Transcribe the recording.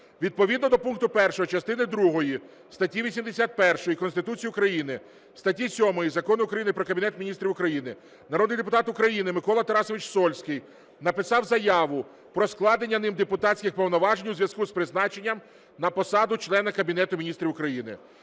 Відповідно до пункту першого частини другої статті 81 Конституції України, статті 7 Закону України "Про Кабінет Міністрів України" народний депутат України Микола Тарасович Сольський написав заяву про складення ним депутатських повноважень у зв’язку з призначенням на посаду члена Кабінету Міністрів України.